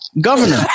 governor